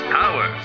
power